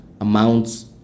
amounts